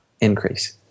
increase